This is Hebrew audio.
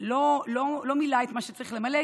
לא מילא את מה שצריך למלא,